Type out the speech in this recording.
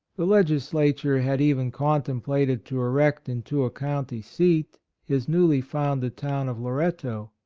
the lesris lature had even contemplated to erect into a county seat his newly founded town of loretto,